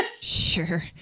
Sure